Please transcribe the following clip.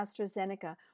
AstraZeneca